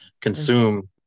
consume